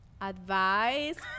advice